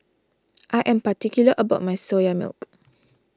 I am particular about my Soya Milk